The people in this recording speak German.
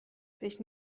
sich